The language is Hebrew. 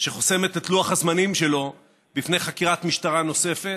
שחוסמת את לוח הזמנים שלו בפני חקירת משטרה נוספת,